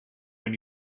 mijn